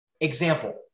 Example